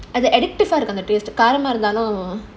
and the addicted ah taste காரமா இருந்தாலும்:kaaramaa irunthaalum